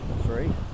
three